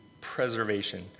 preservation